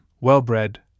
well-bred